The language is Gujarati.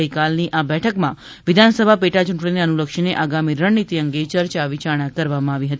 ગઇકાલની આ બેઠકમાં વિધાનસભા પેટાયૂંટણીને અનુલક્ષીને આગામી રણનીતિ અંગે ચર્ચા વિચારણા કરવામાં આવી હતી